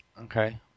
Okay